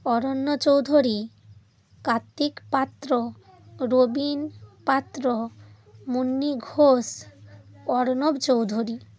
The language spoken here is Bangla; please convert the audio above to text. অরণ্য চৌধুরী কার্তিক পাত্র রবিন পাত্র মুন্নি ঘোষ অর্ণব চৌধুরী